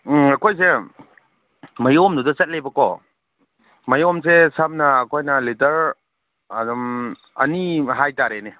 ꯑꯩꯈꯣꯏꯁꯦ ꯃꯌꯣꯝꯗꯨꯗ ꯆꯠꯂꯦꯕꯀꯣ ꯃꯌꯣꯝꯁꯦ ꯁꯝꯅ ꯑꯩꯈꯣꯏꯅ ꯂꯤꯇꯔ ꯑꯗꯨꯝ ꯑꯅꯤ ꯍꯥꯏꯇꯥꯔꯦꯅꯦ